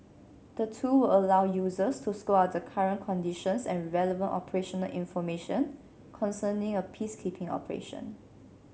the tool will allow users to scope out the current conditions and relevant operational information concerning a peacekeeping operation